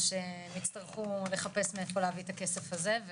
או שהם יצטרכו לחפש מאיפה להביא את הכסף הזה?